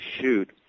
shoot